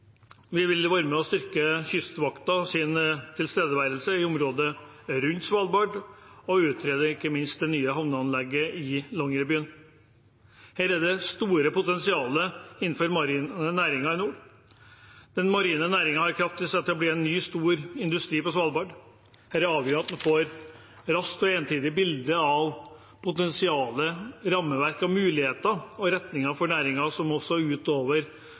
Vi vil være med og styrke Kystvaktens tilstedeværelse i området rundt Svalbard og utrede ikke minst det nye havneanlegget i Longyearbyen. Her er det et stort potensial innenfor marine næringer i nord. Den marine næringen har kraft i seg til å bli en ny stor industri på Svalbard. Her er det avgjørende at man får et raskt og entydig bilde av potensial, rammeverk og muligheter og av retningen for næringen, også utover